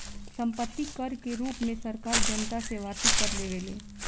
सम्पत्ति कर के रूप में सरकार जनता से वार्षिक कर लेवेले